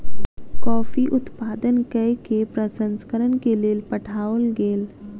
coffee उत्पादन कय के प्रसंस्करण के लेल पठाओल गेल